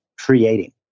Creating